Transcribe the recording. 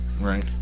Right